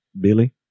Billy